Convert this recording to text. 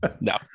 No